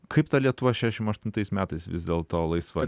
kaip ta lietuva šešim aštuntais vis dėlto laisva